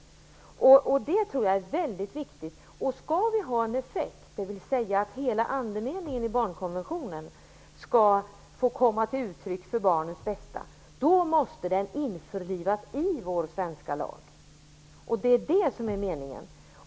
Det tror jag är mycket viktigt. Om detta skall ha någon effekt, dvs. att hela andemeningen i barnkonventionen skall få komma till uttryck för barnens bästa, då måste den införlivas i vår svenska lag. Det är detta som är meningen.